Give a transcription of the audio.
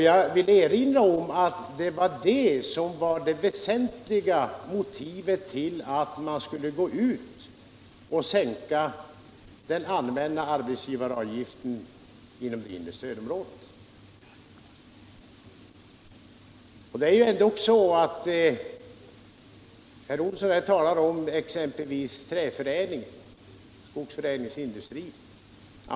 Jag vill erinra om att detta var det väsentliga motivet för att man skulle sänka den allmänna arbetsgivaravgiften i det inre stödområdet. Herr Olsson talar om skogsförädlingsindustrin.